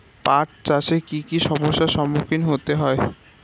পাঠ চাষে কী কী সমস্যার সম্মুখীন হতে হয়?